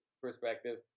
perspective